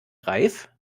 reif